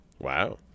Wow